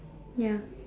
ya